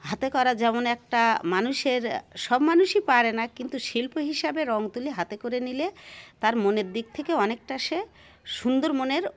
হাতে করা যেমন একটা মানুষের সব মানুষই পারে না কিন্তু শিল্প হিসাবে রঙ তুলি হাতে করে নিলে তার মনের দিক থেকে অনেকটা সে সুন্দর মনের